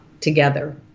together